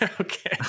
okay